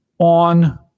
on